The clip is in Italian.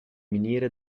miniere